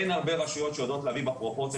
אין הרבה רשויות שיודעות להביא בפרופורציה